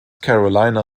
carolina